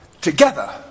together